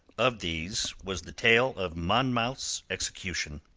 of these was the tale of monmouth's execution.